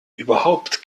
überhaupt